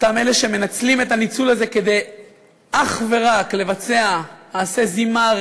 אותם אלה שמנצלים את הניצול הזה כדי אך ורק לבצע מעשי זימה,